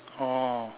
oh